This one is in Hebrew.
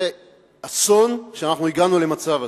זה אסון שאנחנו הגענו למצב הזה.